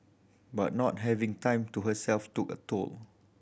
but not having time to herself took a toll